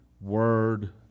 Word